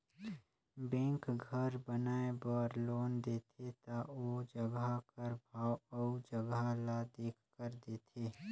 bank घर बनाए बर लोन देथे ता ओ जगहा कर भाव अउ जगहा ल देखकर देथे